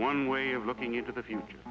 one way of looking into the future